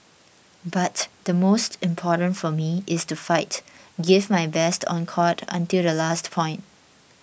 but the most important for me it's to fight give my best on court until the last point